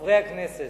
חברי הכנסת,